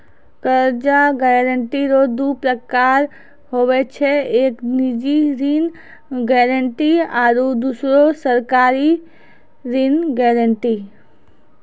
कर्जा गारंटी रो दू परकार हुवै छै एक निजी ऋण गारंटी आरो दुसरो सरकारी ऋण गारंटी